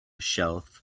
shelf